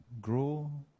grow